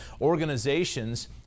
organizations